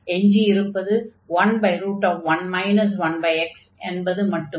எஞ்சி இருப்பது 11 1x என்பது மட்டுமே